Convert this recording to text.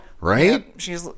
Right